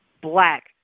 black